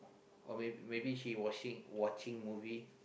or may maybe she washing watching movie